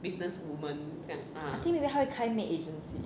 I think maybe 她会开 maid agency